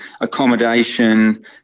accommodation